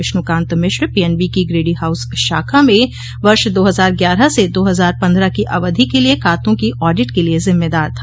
Vishnukant Mishra PNB की Grady House शाखा में वर्ष दो हजार ग्यारह से दो हजार पन्द्रह की अवधि के लिए खातों की आडिट के लिए जिम्मेदार था